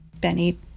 Benny